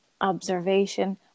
observation